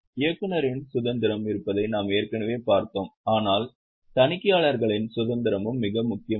இயக்குனரின் சுதந்திரம் இருப்பதை நாம் ஏற்கனவே பார்த்தோம் ஆனால் தணிக்கையாளர்களின் சுதந்திரமும் மிக முக்கியமானது